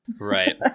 Right